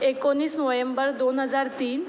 एकोणीस वयंबर दोन हजार तीन